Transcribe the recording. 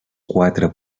quatre